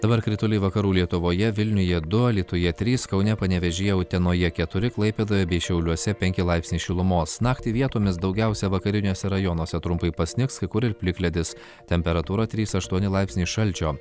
dabar krituliai vakarų lietuvoje vilniuje du alytuje trys kaune panevėžyje utenoje keturi klaipėdoje bei šiauliuose penki laipsniai šilumos naktį vietomis daugiausia vakariniuose rajonuose trumpai pasnigs kai kur ir plikledis temperatūra trys aštuoni laipsniai šalčio